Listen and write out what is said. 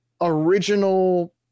original